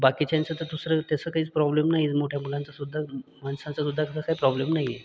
बाकीच्यांचं तर दुसरं तसं काहीच प्रॉब्लेम नाही मोठ्या मुलांचा सुद्धा म माणसांचा सुद्धा काही प्रॉब्लेम नाही आहे